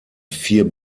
vier